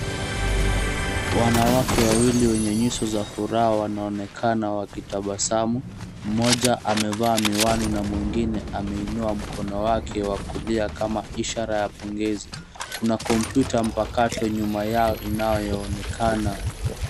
Wanawake wawili wenye nyuso za furaha wanaonekana wakitabasamu, mmoja amevaa miwani na mwengine ameiua mkono wake wa kulia kama ishara ya zoezi. Kuna kompyuta mpakato inaonekana.